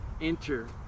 enter